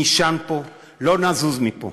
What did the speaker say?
נישן פה, לא נזוז מפה.